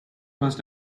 must